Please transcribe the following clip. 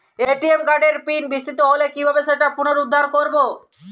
ATM কার্ডের PIN বিস্মৃত হলে কীভাবে সেটা পুনরূদ্ধার করব?